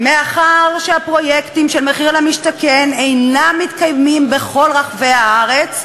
מאחר שהפרויקטים של מחיר למשתכן אינם מתקיימים בכל רחבי הארץ,